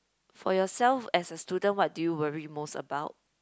for yourself as a student what do you worry most about